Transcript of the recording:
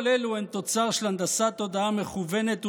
כל אלו הן תוצאה של הנדסת תודעה מכוונת וזדונית,